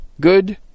good